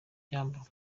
yamburwa